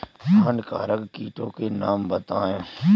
हानिकारक कीटों के नाम बताएँ?